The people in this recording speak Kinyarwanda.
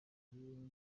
kiganiro